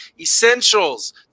essentials